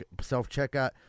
Self-checkout